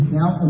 now